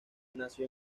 nació